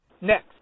Next